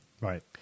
Right